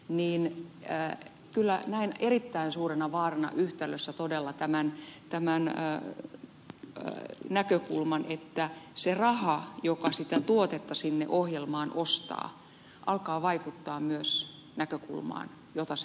niin kyllä näen erittäin suurena vaarana yhtälössä todella tämän näkökulman että se raha joka sitä tuotetta sinne ohjelmaan ostaa alkaa vaikuttaa myös näkökulmaan josta se ohjelma kertoo